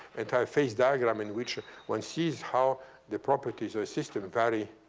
into a phase diagram in which one sees how the properties of a system vary.